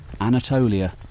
Anatolia